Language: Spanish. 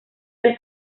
del